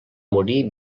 morir